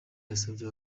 yasabye